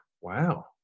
wow